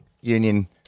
Union